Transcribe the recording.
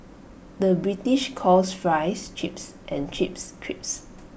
the British calls Fries Chips and Chips Crisps